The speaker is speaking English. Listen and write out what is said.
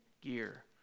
gear